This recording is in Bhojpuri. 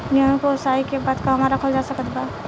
गेहूँ के ओसाई के बाद कहवा रखल जा सकत बा?